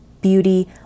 beauty